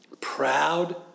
proud